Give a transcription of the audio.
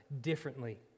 differently